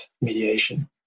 mediation